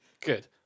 Good